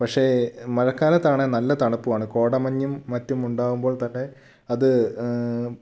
പക്ഷേ മഴക്കാലത്താണെൽ നല്ല തണുപ്പുവാണ് കോടമഞ്ഞും മറ്റും ഉണ്ടാവുമ്പോൾ തന്നെ അത്